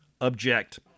OBJECT